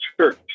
church